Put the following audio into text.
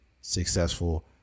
successful